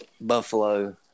Buffalo –